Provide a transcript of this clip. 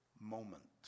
moment